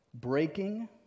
Breaking